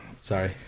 Sorry